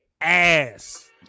Ass